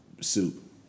soup